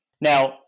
now